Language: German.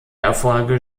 erfolge